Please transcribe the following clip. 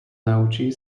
naučí